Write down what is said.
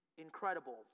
Incredible